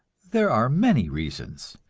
there are many reasons,